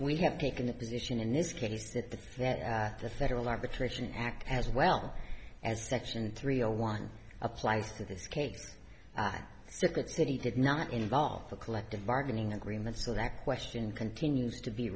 we have taken a position in this case that the that the federal arbitration act as well as section three zero one applies to this case by circuit city did not involve the collective bargaining agreement so that question continues to be